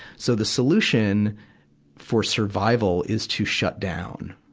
so the solution for survival is to shut down,